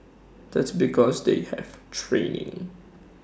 that's because they have training